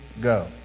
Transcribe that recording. go